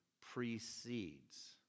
precedes